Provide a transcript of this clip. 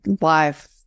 life